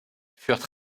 furent